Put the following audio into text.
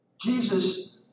Jesus